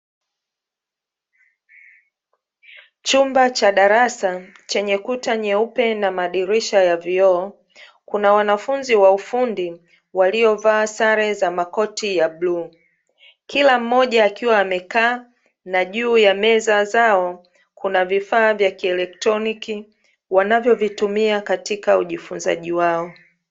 Chumba cha darasa chenye kuta nyeupe, na madirisha ya vioo; kuna wanafunzi wa ufundi waliovaa sare za makoti ya bluu, kila mmoja akiwa amekaa na juu ya meza zao kuna vifaa vya kielektroniki wanavyovitumia katika ujifunzaji wao.